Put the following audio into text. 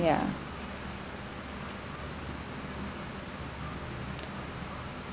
ya